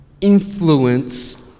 influence